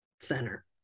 center